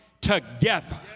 together